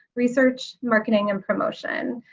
research, marketing, and promotion.